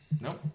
Nope